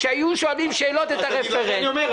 כשהיו שואלים שאלות את הרפרנט --- לכן אני אומר,